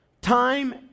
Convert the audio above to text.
time